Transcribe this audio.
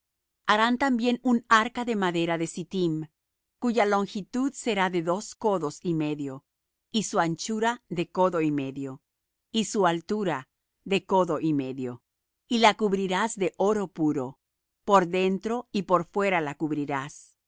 harán también un arca de madera de sittim cuya longitud será de dos codos y medio y su anchura de codo y medio y su altura de codo y medio y la cubrirás de oro puro por dentro y por fuera la cubrirás